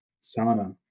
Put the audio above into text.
Sana